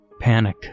Panic